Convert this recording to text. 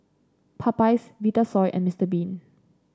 Popeyes Vitasoy and Mister Bean